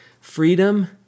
Freedom